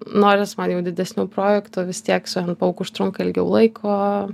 noris man jau didesnių projektų vis tiek su hend pauku užtrunka ilgiau laiko tai daugiau